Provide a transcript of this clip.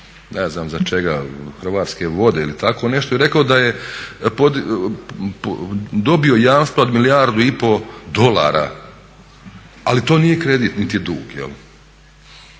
ne znam za čega, Hrvatske vode ili tako nešto i rekao da je dobio jamstvo od milijardu i po dolara ali to nije kredit nit je dug.